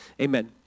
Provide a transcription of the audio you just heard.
Amen